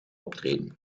optreden